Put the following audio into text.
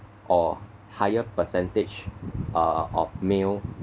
or higher percentage uh of male